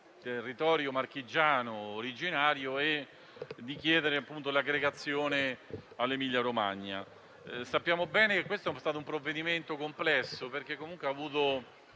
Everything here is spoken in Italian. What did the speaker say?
territorio marchigiano originario e di chiedere l'aggregazione all'Emilia-Romagna. Sappiamo bene che questo è stato un provvedimento complesso, perché ha avuto